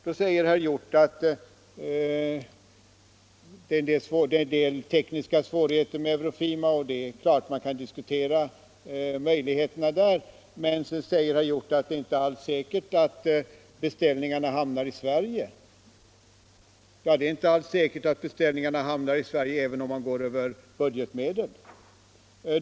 Då säger herr Hjorth att det är en del tekniska svårigheter med EUROFIMA. Det är klart att man kan diskutera dessa. Men så säger herr Hjorth att det inte alls är säkert att beställningarna hamnar i Sverige. Nej, det är alls inte säkert att beställningarna hamnar i Sverige ens om man går över budgeten.